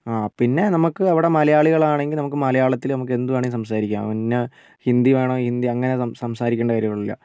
ആ പിന്നെ നമുക്ക് അവിടെ മലയാളികളാണെങ്കില് നമുക്ക് മലയാളത്തില് എന്തുവേണമെങ്കിലും സംസാരിക്കാം ഇന്ന ഹിന്ദി വേണം ഹിന്ദി അങ്ങനെ സംസാരിക്കണ്ട കാര്യമില്ല